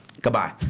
Goodbye